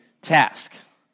task